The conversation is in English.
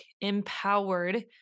empowered